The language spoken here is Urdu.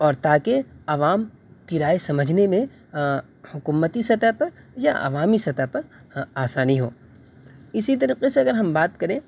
اور تاکہ عوام کی رائے سمجھنے میں حکومتی سطح پر یا عوامی سطح پر آسانی ہو اسی طریقے سے اگر ہم بات کریں